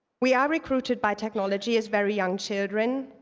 we are recruited by technology as very young children.